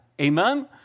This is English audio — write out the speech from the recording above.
Amen